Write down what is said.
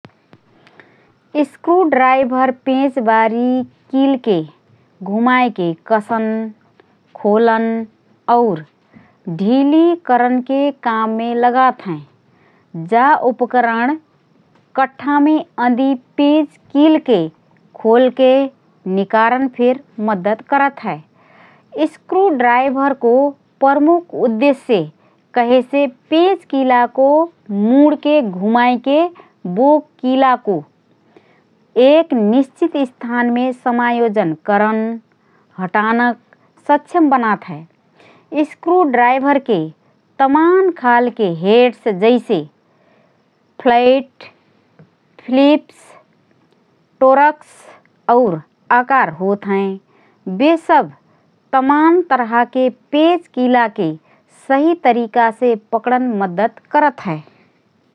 Screw driver पेँच बारी किलके घुमाएके कसन, खोलन और ढिली करनके काममे लगात हएँ । जा उपकरण कठ्ठामे अँदि पेँच किलके खोलके निकारन फिर मद्दत करत हए । स्क्रू ड्राइभरको प्रमुख उद्देश्य कहेसे पेँच किलाको मुँडके घुमाएके बो किलाको एक निश्चित स्थानमे समायोजन करन, हटानक सक्षम बनात हए । स्क्रू ड्राइभरके तमान खालके हेड्स जैसे: फ्लैट, फिलिप्स, टोरक्स और आकार होतहएँ । बे सब तमान तरहाके पेँच किलाके सही तरिकासे पकडन मद्दत करत हए ।